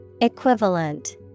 Equivalent